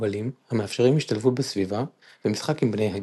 מקובלים המאפשרים השתלבות בסביבה ומשחק עם בני הגיל.